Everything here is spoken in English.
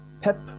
pep